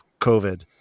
COVID